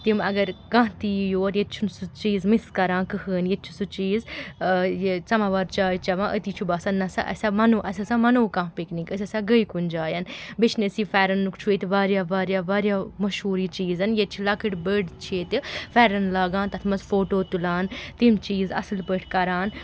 تِم اگر کانٛہہ تہِ یِیہِ یور ییٚتہِ چھُنہٕ سُہ چیٖز مِس کَران کٕہٕنٛۍ ییٚتہِ چھُ سُہ چیٖز آ یہِ سماوار چاے چٮ۪وان أتی چھُ باسان نسا اَسہِ ہا وَنو أسۍ ہَسا مانو کانٛہہ پِکنِک أسۍ ہَسا گٔے کُنہِ جایَن بیٚیہِ چھِنہٕ أسۍ یہِ پھٮ۪رَنُک چھُ ییٚتہِ واریاہ واریاہ واریاہ مشہوٗر یہِ چیٖز ییٚتہِ چھِ لۅکٕٹۍ بٔڈۍ چھِ ییٚتہِ پھٮ۪رَن لاگان تَتھ منٛز فوٹوٗ تُلان تِم چیٖز اَصٕل پٲٹھۍ کَران